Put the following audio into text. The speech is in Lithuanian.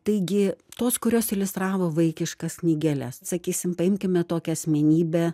taigi tos kurios iliustravo vaikiškas knygeles sakysim paimkime tokią asmenybę